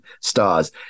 stars